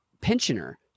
pensioner